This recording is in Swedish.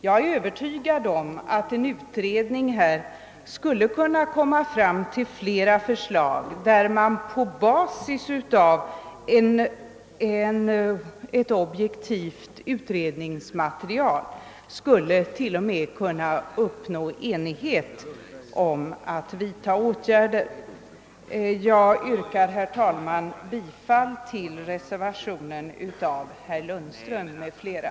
Jag är övertygad om att en utredning på denna punkt skulle kunna komma fram till flera förslag, där man på basis av ett objektivt utredningsmaterial till och med skulle kunna uppnå enighet om att vidta åtgärder. Jag yrkar, herr talman, bifall till reservationen av herr Lundström m.fl.